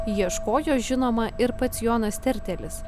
ieškojo žinoma ir pats jonas tertelis